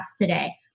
today